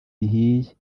bihiye